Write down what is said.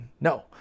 no